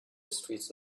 streets